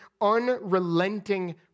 unrelenting